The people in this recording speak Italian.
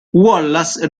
wallace